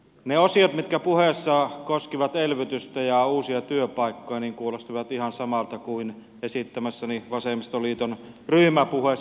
ne osiot mitkä puheessa koskivat elvytystä ja uusia työpaikkoja kuulostivat ihan samalta kuin esittämässäni vasemmistoliiton ryhmäpuheessa